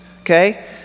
okay